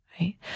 right